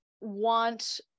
want